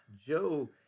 Joe